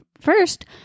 first